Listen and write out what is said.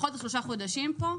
בכל זאת שלושה חודשים פה,